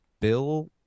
Bill